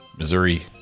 Missouri